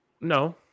No